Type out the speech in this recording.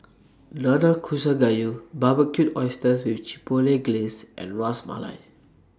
Nanakusa Gayu Barbecued Oysters with Chipotle Glaze and Ras Malai